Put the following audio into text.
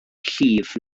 llif